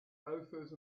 loafers